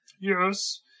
yes